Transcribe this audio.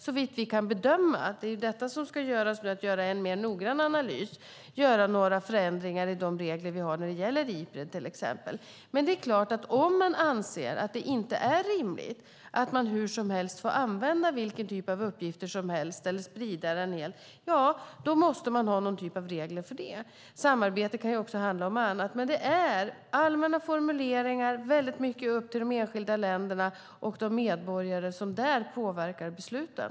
Såvitt vi kan bedöma, det är därför det ska göras en mer noggrann analys, behöver vi inte göra några förändringar i reglerna för Ipred. Men om man anser att det inte är rimligt att man får använda eller sprida vilken typ av uppgifter som helst då måste det finnas någon typ av regler för det. Samarbete kan också handla om annat. Det är fråga om allmänna formuleringar, och det är upp till de enskilda länderna och de medborgare som där påverkar besluten.